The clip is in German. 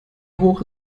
hoch